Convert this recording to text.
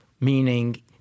meaning